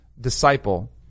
disciple